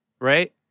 right